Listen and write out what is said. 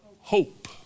hope